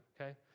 okay